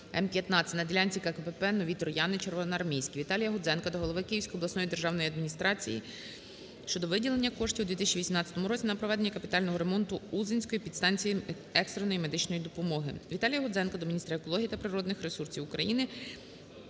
/М-15/" (на ділянці КПП Нові Трояни - Червоноармійське). ВіталіяГудзенка до голови Київської обласної державної адміністрації щодо виділення коштів у 2018 році на проведення капітального ремонту Узинської підстанції екстреної медичної допомоги. ВіталіяГудзенка до міністра екології та природних ресурсів України,